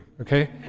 okay